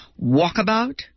walkabout